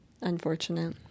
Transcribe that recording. unfortunate